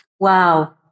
Wow